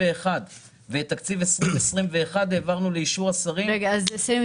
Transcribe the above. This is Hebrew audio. ואת תקציב 2021 העברנו לאישור השרים --- אז 2022,